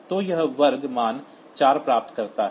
तो यह वर्ग मान 4 प्राप्त करता है